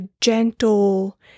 gentle